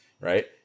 right